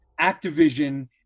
Activision